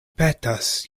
petas